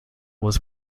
was